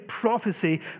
prophecy